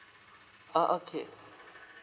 ah okay